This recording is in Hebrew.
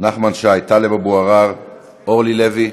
נחמן שי, טלב אבו עראר, אורלי לוי,